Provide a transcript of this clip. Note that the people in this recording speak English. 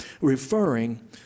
referring